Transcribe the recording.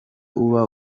uba